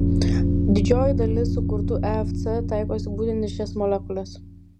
didžioji dalis sukurtų efc taikosi būtent į šias molekules